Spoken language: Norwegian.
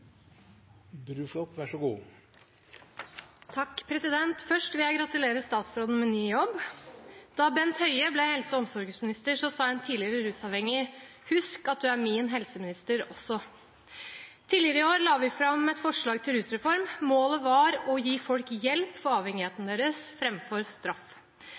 omsorgsminister, sa en tidligere rusavhengig: Husk at du er min helseminister også. Tidligere i år la vi fram et forslag til rusreform. Målet var å gi folk hjelp for avhengigheten deres framfor straff.